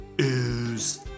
ooze